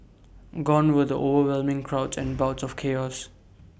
gone were the overwhelming crowds and bouts of chaos